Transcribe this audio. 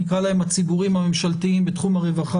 נקרא להם הציבוריים הממשלתיים בתחום הרווחה